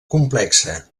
complexa